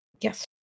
Yes